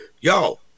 yo